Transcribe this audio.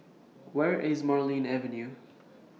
Where IS Marlene Avenue